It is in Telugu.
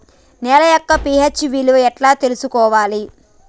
నేల యొక్క పి.హెచ్ విలువ ఎట్లా తెలుసుకోవాలి?